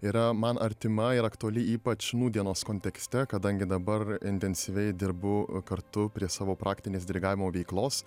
yra man artima ir aktuali ypač nūdienos kontekste kadangi dabar intensyviai dirbu kartu prie savo praktinės dirigavimo veiklos